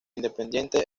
independiente